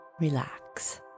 Relax